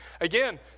Again